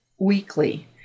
weekly